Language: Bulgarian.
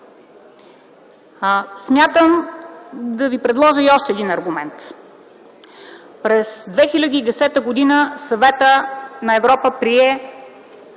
Смятам да ви предложа още един аргумент. През 2010 г. Съветът на Европа прие